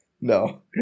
no